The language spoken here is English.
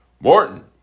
Morton